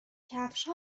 کفش